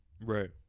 Right